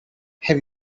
have